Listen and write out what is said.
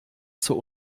zur